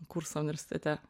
kursą universitete